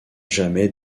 jamais